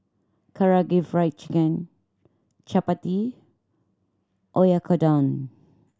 Karaage Fried Chicken Chapati Oyakodon